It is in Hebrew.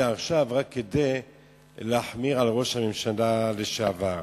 עכשיו רק כדי להחמיר לגבי ראש הממשלה לשעבר.